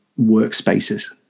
workspaces